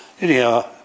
Anyhow